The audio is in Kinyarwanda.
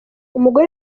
umugore